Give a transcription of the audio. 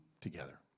together